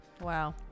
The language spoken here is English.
Wow